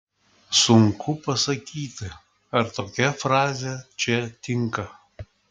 sunku pasakyti ar tokia frazė čia tinka